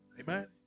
Amen